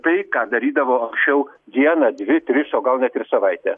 tai ką darydavo anksčiau dieną dvi tris o gal net ir savaitę